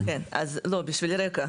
לא, בשביל רקע.